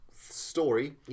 story